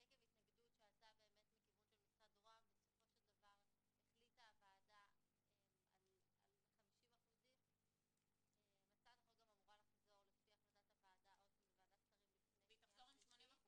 עקב התנגדות שעלתה ממשרד רוה"מ בסופו של דבר החליטה הוועדה על 50%. הצעת החוק אמורה לחזור לפי החלטת הוועדה --- היא תחזור עם 80%